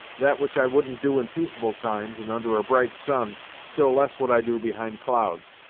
that which i wouldn't do, in peaceable times, and under a bright sun, still less would i do behind clouds,